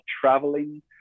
traveling